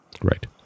right